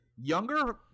Younger